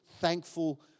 thankful